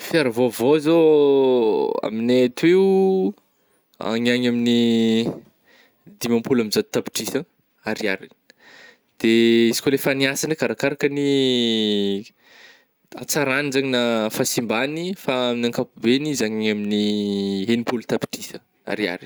Fiara vaovao zô amin'nay ato io oh, agny agny amin'ny dimapolo amin'ny zato tapitrisa ariary, de izy koa le efa niasa ndraika arakaraka ny hatsaragny zany na fahasimbagny fa amin'ny ankapobegny izy agny amin'ny egnipolo tapitrisa ariary.